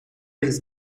his